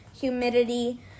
humidity